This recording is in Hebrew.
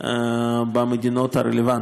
במדינות הרלוונטיות.